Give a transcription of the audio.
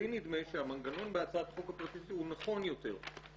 לי נדמה שהמנגנון בהצעת החוק הפרטית הוא נכון יותר.